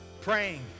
Praying